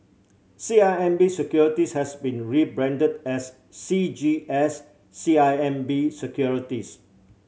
C I M B Securities has been rebranded as C G S C I M B Securities